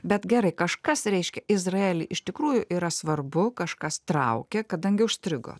bet gerai kažkas reiškia izraely iš tikrųjų yra svarbu kažkas traukia kadangi užstrigo